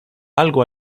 algo